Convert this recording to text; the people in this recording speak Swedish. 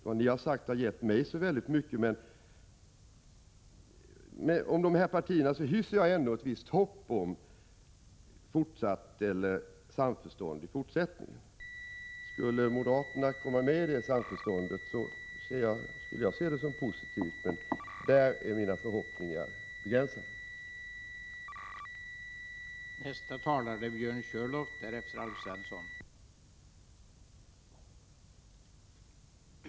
Vad ni har sagt har inte gett mig så mycket, men jag hyser ändå ett visst hopp om fortsatt samförstånd med dessa partier. Om moderaterna kom med i det samförståndet skulle jag se det som positivt, men där är mina förhoppningar begränsade.